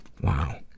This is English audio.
Wow